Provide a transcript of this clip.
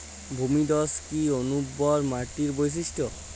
ভূমিধস কি অনুর্বর মাটির বৈশিষ্ট্য?